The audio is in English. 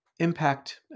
Impact